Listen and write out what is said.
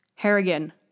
Harrigan